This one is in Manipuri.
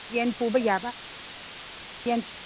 ꯌꯦꯟ ꯄꯨꯕ ꯌꯥꯕ ꯌꯦꯟ